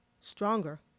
stronger